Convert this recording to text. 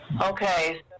Okay